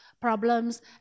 problems